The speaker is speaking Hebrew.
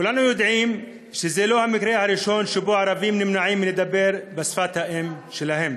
כולנו יודעים שזה לא המקרה הראשון שערבים מנועים מלדבר בשפת האם שלהם.